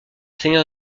seigneur